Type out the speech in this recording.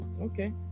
Okay